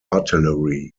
artillery